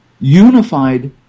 unified